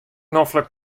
noflik